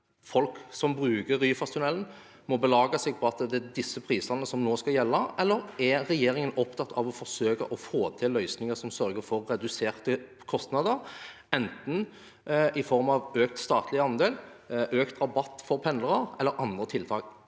folk som bruker Ryfasttunnelen, må belage seg på at det er disse prisene som nå skal gjelde, eller er regjeringen opptatt av å forsøke å få til løsninger som sørger for reduserte kostnader, enten i form av økt statlig andel, økt rabatt for pendlere eller andre tiltak?